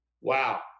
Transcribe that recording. Wow